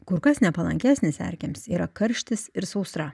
kur kas nepalankesnis erkėms yra karštis ir sausra